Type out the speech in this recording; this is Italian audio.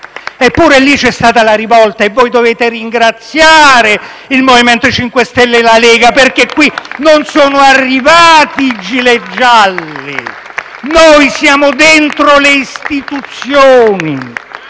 Eppure lì c'è stata la rivolta e voi dovete ringraziare il MoVimento 5 Stelle e la Lega, perché qui non sono arrivati i gilet gialli *(Applausi dai Gruppi